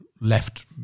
left